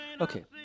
Okay